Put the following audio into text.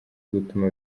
gutuma